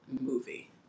movie